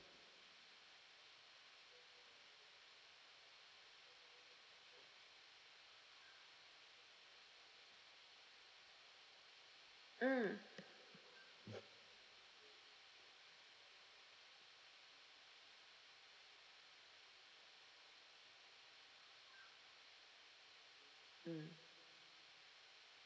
mm mm